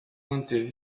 manter